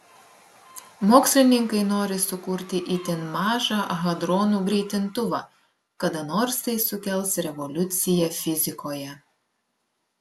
mokslininkai nori sukurti itin mažą hadronų greitintuvą kada nors tai sukels revoliuciją fizikoje